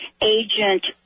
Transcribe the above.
agent